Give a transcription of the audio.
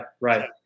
right